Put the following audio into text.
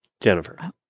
Jennifer